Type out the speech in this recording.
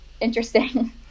interesting